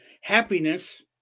happiness